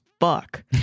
fuck